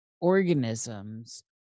organisms